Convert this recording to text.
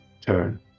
turn